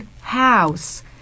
house